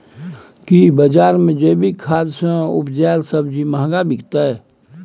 की बजार मे जैविक खाद सॅ उपजेल सब्जी महंगा बिकतै?